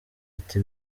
ati